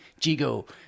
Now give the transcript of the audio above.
Jigo